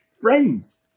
friends